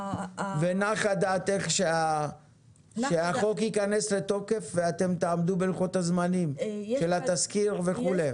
ונחה דעתך שהחוק ייכנס לתוקף ואתם תעמדו בלוחות הזמנים של התזכיר וכו'?